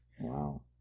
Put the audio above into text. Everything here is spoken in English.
Wow